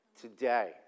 today